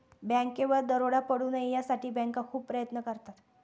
बँकेवर दरोडा पडू नये यासाठी बँका खूप प्रयत्न करतात